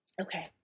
Okay